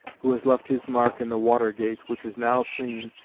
who has left his mark in the water gate which is now seen,